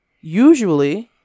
usually